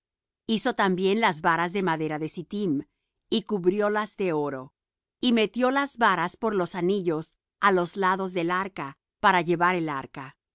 hizo también las varas de madera de sittim y cubriólas de oro y metió las varas por los anillos á los lados del arca para llevar el arca